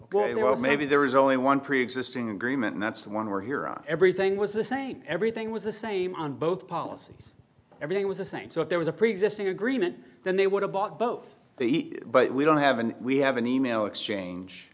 well maybe there is only one preexisting agreement and that's the one we're here on everything was the same everything was the same on both policies everything was a saint so if there was a preexisting agreement then they would have bought both the but we don't have and we have an e mail exchange